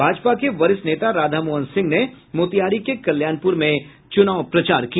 भाजपा के वरिष्ठ नेता राधामोहन सिंह ने मोतिहारी के कल्याणपुर में चुनाव प्रचार किया